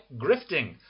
grifting